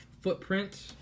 footprint